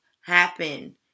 happen